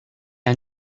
han